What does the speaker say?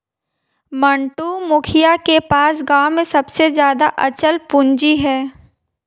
मंटू, मुखिया के पास गांव में सबसे ज्यादा अचल पूंजी है